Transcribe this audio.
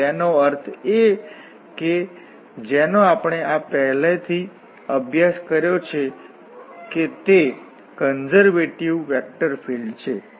અને તેનો અર્થ એ કે જેનો આપણે આ પહેલાથી અભ્યાસ કર્યો છે તે કન્ઝર્વેટિવ વેક્ટર ફિલ્ડ છે